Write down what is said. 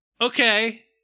okay